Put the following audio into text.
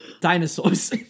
dinosaurs